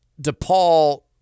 DePaul